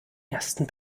ersten